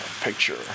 picture